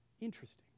interesting